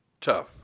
tough